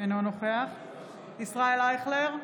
אינו נוכח ישראל אייכלר,